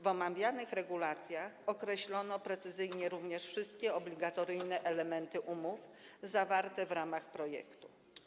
W omawianych regulacjach określono precyzyjnie również wszystkie obligatoryjne elementy umów zawartych w ramach projektu.